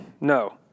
no